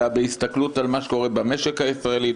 אלא בהסתכלות על מה קורה במשק הישראלי,